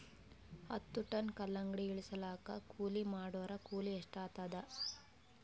ಹತ್ತ ಟನ್ ಕಲ್ಲಂಗಡಿ ಇಳಿಸಲಾಕ ಕೂಲಿ ಮಾಡೊರ ಕೂಲಿ ಎಷ್ಟಾತಾದ?